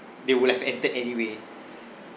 they would have entered anyway